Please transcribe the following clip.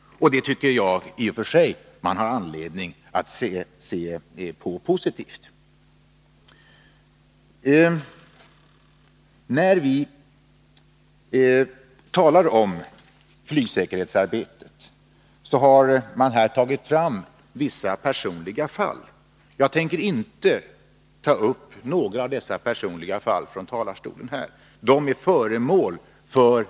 Det har vi anledning att se positivt på. I debatten här har vissa personliga fall tagits upp. Jag tänker inte beröra dem.